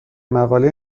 مقاله